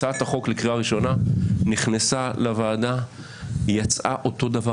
הצעת החוק לקריאה ראשונה נכנסה לוועדה ויצאה אותו דבר.